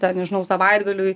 ten nežinau savaitgaliui